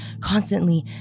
constantly